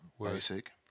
basic